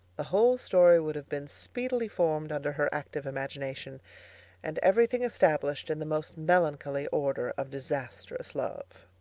the whole story would have been speedily formed under her active imagination and every thing established in the most melancholy order of disastrous love.